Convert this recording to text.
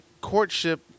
courtship